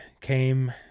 came